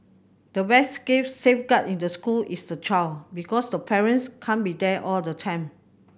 the best safeguard in the school is the child because the parents can't be there all the time